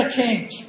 change